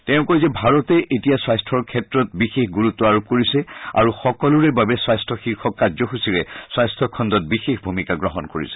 তেওঁ কয় যে ভাৰতে এতিয়া স্বাস্থ্যৰ ক্ষেত্ৰত বিশেষ গুৰুতু আৰোপ কৰিছে আৰু সকলোৰে বাবে স্বাস্থ্য শীৰ্ষক কাৰ্যসূচীৰে স্বাস্থ্য খণ্ডত বিশেষ ভূমিকা গ্ৰহণ কৰিছে